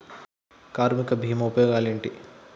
కార్మిక బీమా ఉపయోగాలేంటి?